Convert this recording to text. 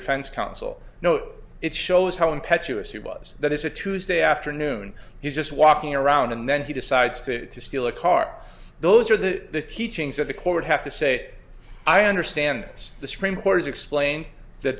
defense counsel note it shows how impetuous he was that it's a tuesday afternoon he's just walking around and then he decides to steal a car those are the teachings of the court have to say i understand this the supreme court has explained th